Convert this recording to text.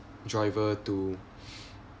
driver to